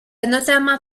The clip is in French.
notamment